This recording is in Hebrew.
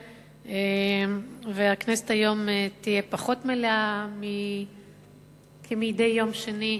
לסדר-היום והכנסת תהיה היום פחות מלאה מכפי שהיא מדי יום שני,